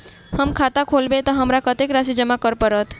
हम खाता खोलेबै तऽ हमरा कत्तेक राशि जमा करऽ पड़त?